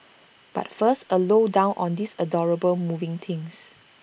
but first A low down on these adorable moving things